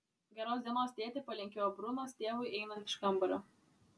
geros dienos tėti palinkėjo brunas tėvui einant iš kambario